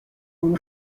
وام